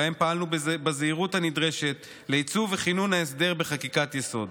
ובהם פעלנו בזהירות הנדרשת לייצוב וכינון ההסדר בחקיקת-יסוד.